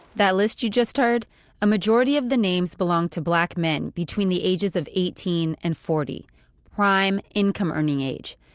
that list you just heard a majority of the names belong to black men between the ages of eighteen and forty prime income earning age.